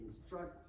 instruct